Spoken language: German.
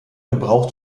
gebrauch